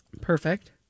Perfect